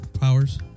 powers